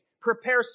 Prepare